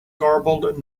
garbled